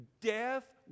death